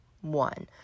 One